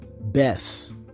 Bess